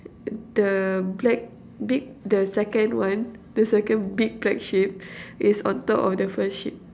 the black big the second one the second big black sheep is on top of the first sheep